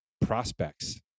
prospects